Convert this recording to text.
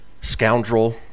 scoundrel